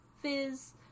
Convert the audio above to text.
Fizz